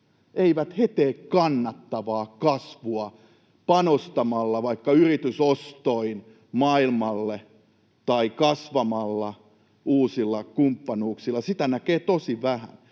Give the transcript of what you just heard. Eivät he tee kannattavaa kasvua panostamalla vaikka yritysostoin maailmalle tai kasvamalla uusilla kumppanuuksilla. Sitä näkee tosi vähän,